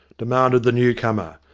demanded the new-comer,